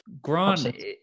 Grant